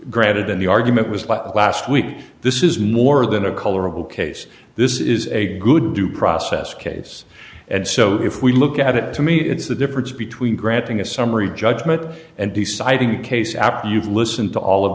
granted and the argument was last week this is more than a colorable case this is a good due process case and so if we look at it to me it's the difference between granting a summary judgment and deciding a case after you've listened to all of